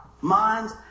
minds